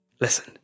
listen